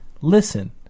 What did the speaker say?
Listen